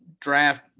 draft